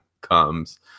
comes